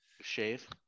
Shave